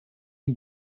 and